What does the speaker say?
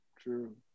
True